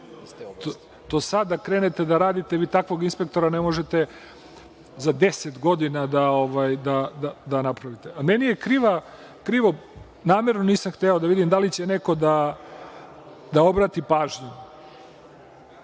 Da sada krenete da radite, vi takvog inspektora ne možete za deset godina da napravite. Krivo mi je i namerno nisam hteo, da vidim da li će neko obratiti pažnju,